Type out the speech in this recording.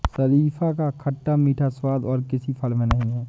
शरीफा का खट्टा मीठा स्वाद और किसी फल में नही है